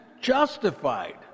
justified